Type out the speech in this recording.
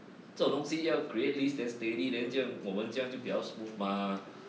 这种东西要 create list then steady then 将我们将就比较 smooth mah